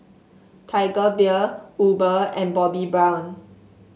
Tiger Beer Uber and Bobbi Brown